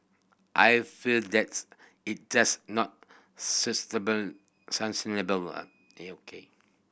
I feel that it's just not